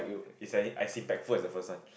it's as impactful as the first one